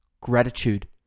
Gratitude